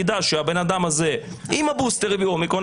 אני אדע שהבן אדם הזה עם הבוסטר הביא אומיקרון,